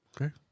okay